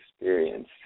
experience